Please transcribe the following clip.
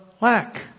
lack